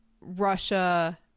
russia